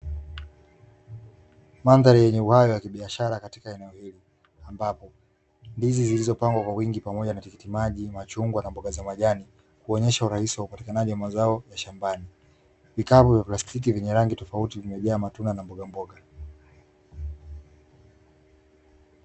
Mandhari yenye uhai wa kibiashara katika eneo hili, ambapo ndizi zilizopangwa kwa wingi pamoja na matikiti maji, machungwa na mboga za majani kuonyesha urahisi wa upatikanaji wa mazao ya mashambani. Vikapu vya plastiki vyenye rangi tofauti vimejaa matunda na mboga mboga.